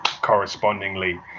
correspondingly